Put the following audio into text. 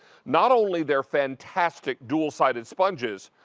not only their fantastic dual-sided sponges,